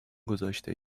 گذاشته